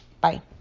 Bye